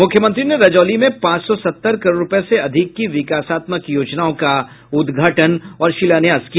मुख्यमंत्री ने रजौली में पांच सौ सत्तर करोड़ रूपये से अधिक की विकासात्मक योजनाओं का उद्घाटन और शिलान्यास किया